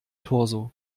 torso